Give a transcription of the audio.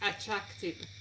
attractive